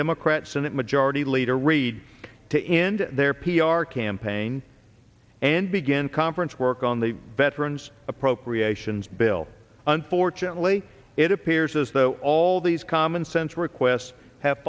democrat senate majority leader reid to end their p r campaign and begin conference work on the veterans appropriations bill unfortunately it appears as though all these commonsense requests have